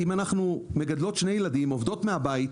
אם הן מגדלות שני ילדים, עובדות מהבית,